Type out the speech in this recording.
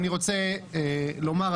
אני רוצה לומר,